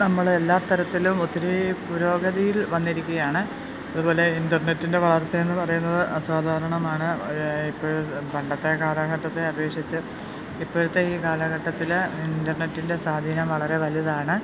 നമ്മൾ എല്ലാ തരത്തിലും ഒത്തിരി പുരോഗതിയിൽ വന്നിരിക്കുകയാണ് അതുപോലെ ഇൻ്റർനെറ്റിൻ്റെ വളർച്ചയെന്ന് പറയുന്നത് അസാധാരണമാണ് ഇപ്പോൾ പണ്ടത്തെ കാലഘട്ടത്തെ അപേക്ഷിച്ച് ഇപ്പോഴത്തെ ഈ കാലഘട്ടത്തിൽ ഇൻ്റർനെറ്റിൻ്റെ സ്വാധീനം വളരെ വലുതാണ്